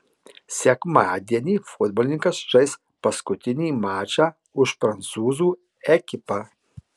sekmadienį futbolininkas žais paskutinį mačą už prancūzų ekipą